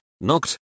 knocked